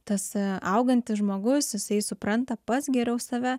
tas augantis žmogus jisai supranta pats geriau save